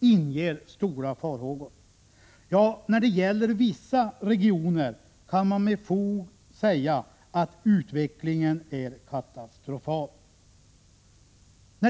inger stora farhågor. När det gäller vissa regioner kan man med fog säga att utvecklingen är katastrofal.